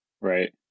Right